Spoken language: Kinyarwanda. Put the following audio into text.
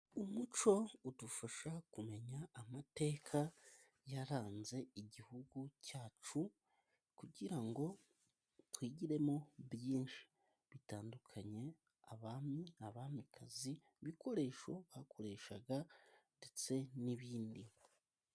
Umuco udufasha kumenya amateka yaranze igihugu cyacu, kugira ngo twigiremo byinshi bitandukanye, abami, abamikazi, ibikoresho bakoreshaga, ndetse n'ibindi.